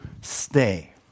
stay